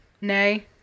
Nay